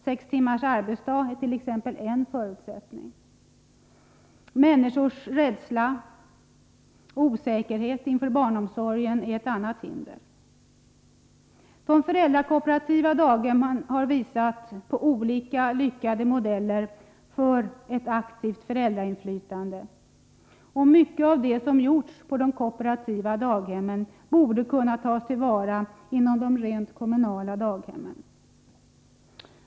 Sex timmars arbetsdag är t.ex. en av förutsättningarna. Människors rädsla och osäkerhet inför barnomsorgen hindrar också. De föräldrakooperativa daghemmen har visat på flera lyckade modeller för ett aktivt föräldrainflytande, och mycket av det som gjorts på de kooperativa daghemmen borde kunna tas till vara inom de rent kommunala daghemmen.